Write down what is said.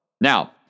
Now